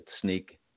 sneak